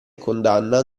condanna